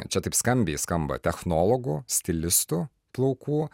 čia taip skambiai skamba technologų stilistų plaukų